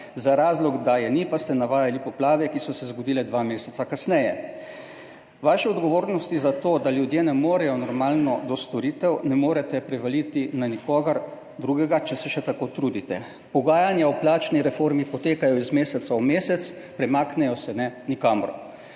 Za razlog, da je ni, pa ste navajali poplave, ki so se zgodile dva meseca kasneje. Vaše odgovornosti za to, da ljudje ne morejo normalno do storitev, ne morete prevaliti na nikogar drugega, če se še tako trudite. Pogajanja o plačni reformi potekajo iz meseca v mesec, premaknejo se ne nikamor.